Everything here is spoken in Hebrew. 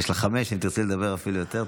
יש לך חמש דקות, אם תרצי לדבר, אפילו יותר.